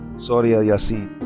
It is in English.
saudia yassin.